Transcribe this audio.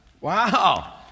Wow